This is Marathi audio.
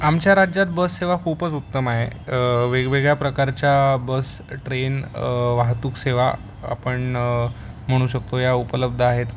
आमच्या राज्यात बस सेवा खूपच उत्तम आहे वेगवेगळ्या प्रकारच्या बस ट्रेन वाहतूक सेवा आपण म्हणू शकतो या उपलब्ध आहेत